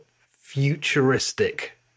futuristic